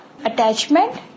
Attachment